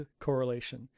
correlation